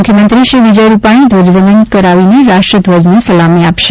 મુખ્યમંત્રી શ્રી વિજય રૂપાણી ધ્વજવંદન કરાવીને રાષ્ટ્રધ્વજને સલામી આપશે